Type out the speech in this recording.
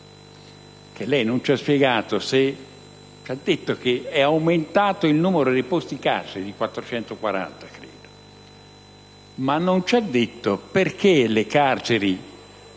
che lei non ci ha spiegato. Ha detto che è aumentato il numero dei posti in carcere di 440 unità, ma non ci ha detto perché le carceri,